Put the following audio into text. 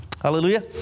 Hallelujah